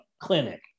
clinic